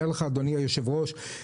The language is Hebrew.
אדוני היושב-ראש,